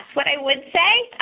what i would say,